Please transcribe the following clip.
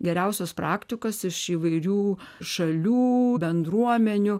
geriausios praktikos iš įvairių šalių bendruomenių